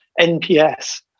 NPS